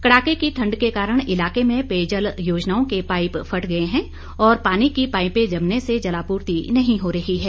कड़ाके की ठण्ड के कारण इलाके में पेयजल योजनाओं के पाईप फट गए हैं और पानी की पाईपें जमने से जलापूर्ति नहीं हो रही है